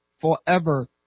forever